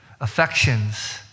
affections